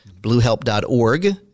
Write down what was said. bluehelp.org